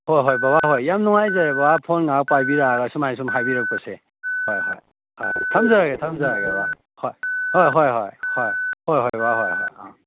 ꯍꯣꯏ ꯍꯣꯏ ꯕꯕꯥ ꯍꯣꯏ ꯌꯥꯝ ꯅꯨꯡꯉꯥꯏꯖꯔꯦ ꯕꯕꯥ ꯐꯣꯟ ꯉꯥꯏꯍꯥꯛ ꯄꯥꯏꯕꯤꯔꯛꯑꯒ ꯁꯨꯃꯥꯏꯅ ꯁꯨꯝ ꯍꯥꯏꯕꯤꯔꯛꯄꯁꯦ ꯍꯣꯏ ꯍꯣꯏ ꯍꯣꯏ ꯊꯝꯖꯔꯒꯦ ꯊꯝꯖꯔꯒꯦ ꯕꯕꯥ ꯍꯣꯏ ꯍꯣꯏ ꯍꯣꯏ ꯍꯣꯏ ꯍꯣꯏ ꯍꯣꯏ ꯍꯣꯏ ꯕꯕꯥ ꯍꯣꯏ ꯍꯣꯏ ꯑꯥ